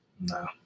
No